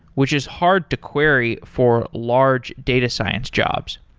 which is hard to query for large data science jobs.